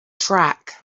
track